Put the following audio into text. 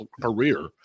career